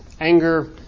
anger